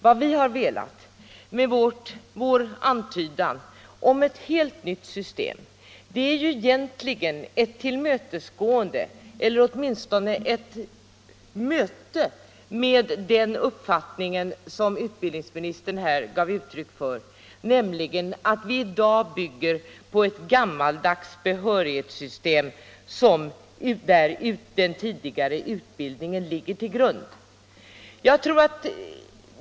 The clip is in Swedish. Vad vi har velat med vår antydan om ett helt nytt system är egentligen ett tillmötesgående av, eller åtminstone ett möte med, den uppfattning som utbildningsministern här gav uttryck för, nämligen att vi i dag bygger på ett gammaldags behörighetssystem, där den tidigare utbildningen ligger till grund.